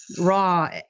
raw